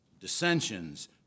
dissensions